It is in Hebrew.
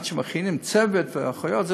עד שמכינים צוות והיערכויות.